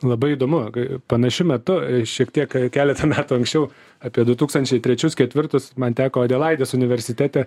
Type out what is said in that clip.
labai įdomu ga panašiu metu šiek tiek e keletą metų anksčiau apie du tūkstančiai trečius ketvirtus man teko adelaidės universitete